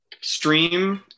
Stream